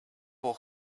will